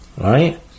right